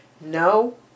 no